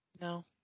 No